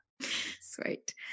Sweet